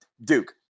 Duke